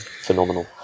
phenomenal